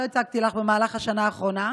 לא הצקתי לך במהלך השנה האחרונה,